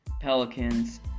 Pelicans